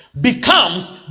Becomes